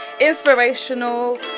inspirational